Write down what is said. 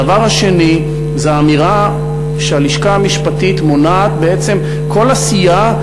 הדבר השני זו האמירה שהלשכה המשפטית מונעת בעצם כל עשייה,